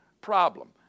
problem